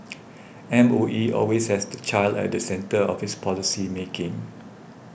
M O E always has the child at the centre of its policy making